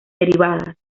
derivadas